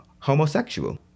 homosexual